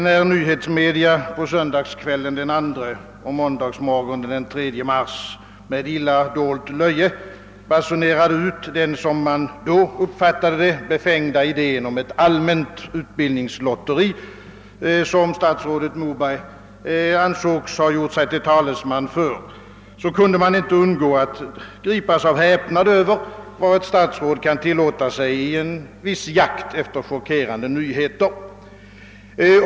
När nyhetsmedierna på söndagskvällen den 2 och måndagsmorgonen den 3 mars med illa dolt löje basunerade ut den, såsom man då uppfattade det, befängda idén om ett allmänt utbildningslotteri, som statsrådet Moberg ansågs ha gjort sig till talesman för, kunde man inte undgå att gripas av häpnad över vad ett statsråd kan tillåta sig i sin iver att komma med chockerande nyheter.